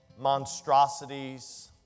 monstrosities